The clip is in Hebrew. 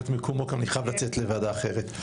מקומו כי אני חייב לצאת לוועדה אחרת.